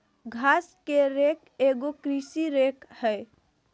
घास के रेक एगो कृषि रेक हइ